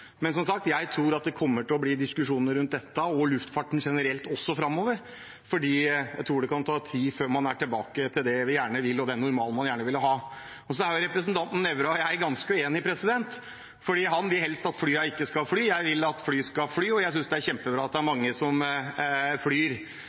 Men som sagt: Jeg tror det kommer til å bli diskusjoner rundt dette og også rundt luftfarten generelt framover, for det kan ta tid før man er tilbake til den normalen man gjerne vil ha. Så er representanten Nævra og jeg ganske uenige, for han vil helst at flyene ikke skal fly. Jeg vil at fly skal fly, og jeg synes det er kjempebra at det er